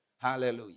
Hallelujah